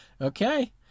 okay